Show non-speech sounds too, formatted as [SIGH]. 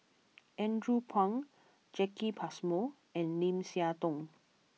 Andrew Phang [NOISE] Jacki Passmore and Lim Siah Tong